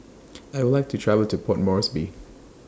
I Would like to travel to Port Moresby